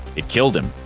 it killed him.